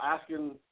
asking